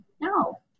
no